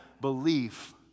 Belief